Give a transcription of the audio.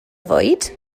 fwyd